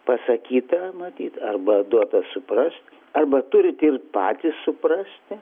pasakyta matyt arba duota suprast arba turit ir patys suprasti